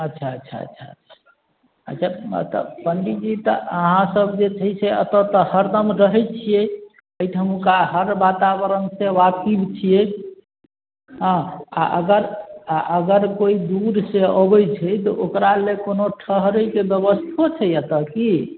अच्छा अच्छा अच्छा अच्छा तऽ पण्डीजी तऽ अहाँसभ जे छै से एतऽ तऽ हरदम रहै छिए एहिठामके हर वातावरणसे वाकिफ छिए हँ आओर अगर आओर अगर कोइ दूरसे अबै छै तऽ ओकरालए कोनो ठहरके बेबस्थो छै एतऽ कि